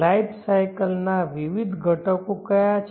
life cycle ના વિવિધ ઘટકો કયા છે